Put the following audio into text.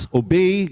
obey